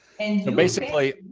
and so basically,